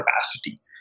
capacity